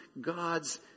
God's